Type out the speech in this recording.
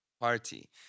party